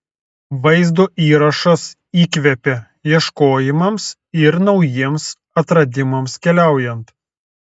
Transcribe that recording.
vaizdo įrašas įkvepia ieškojimams ir naujiems atradimams keliaujant